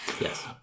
Yes